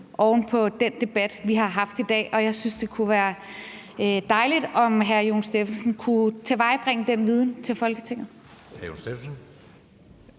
oven på den debat, vi har haft i dag, og det kunne være dejligt, om hr. Jon Stephensen kunne tilvejebringe den viden til Folketinget.